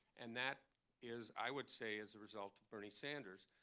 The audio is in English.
and that is, i would say, is a result bernie sanders.